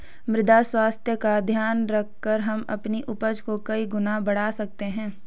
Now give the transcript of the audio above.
मृदा स्वास्थ्य का ध्यान रखकर हम अपनी उपज को कई गुना बढ़ा सकते हैं